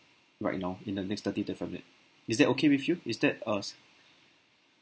right now in the next thirty thirty five minute it is that okay with you is that uh